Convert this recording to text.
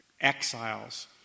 exiles